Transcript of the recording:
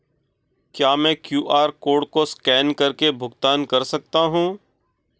क्या मैं QR code को स्कैन करके भुगतान कर सकता हूं?